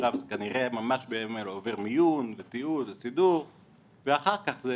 כנראה ממש בימים אלה זה עובר מיון ותיעוד וסידור ואחר כך זה